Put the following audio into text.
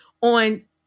On